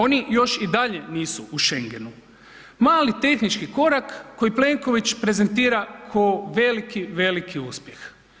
Oni još i dalje nisu u Schengenu, mali tehnički korak koji Plenković prezentira ko veliki, veliki uspjeh.